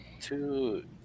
two